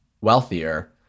wealthier